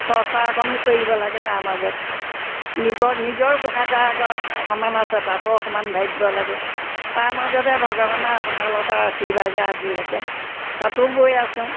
চৰ্চা অকণো কৰিব লাগে তাৰ মাজত নিজৰ গোসাঁই ঠাই আগৰ অকণমান আছে তাতো অকণমান ভাবিব লাগে তাৰ মাজতে ভগৱানে আপোনালোকে আশীৰ্বাদে আজিলৈকে তাঁতো বৈ আছোঁ